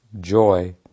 joy